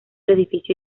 edificio